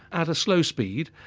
at a slow speed,